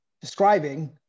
describing